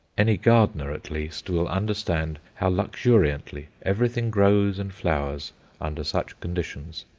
any gardener at least will understand how luxuriantly everything grows and flowers under such conditions.